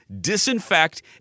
disinfect